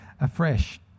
afresh